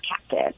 captive